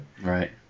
Right